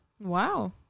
Wow